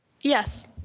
Yes